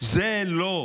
שזו לא